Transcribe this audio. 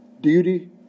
Duty